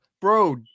bro